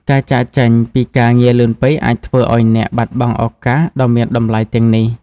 ការចាកចេញ ពីការងារលឿនពេកអាចធ្វើឲ្យអ្នក បាត់បង់ឱកាស ដ៏មានតម្លៃទាំងនេះ។